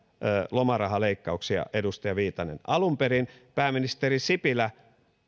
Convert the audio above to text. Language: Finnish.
lomarahaleikkauksia edustaja viitanen alun perin pääministeri sipilä